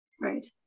Right